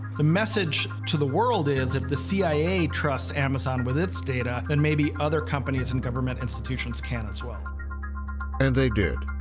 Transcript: the message to the world is, if the c i a. trusts amazon with its data, then maybe other companies and government institutions can, as well. narrator and they did.